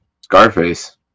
Scarface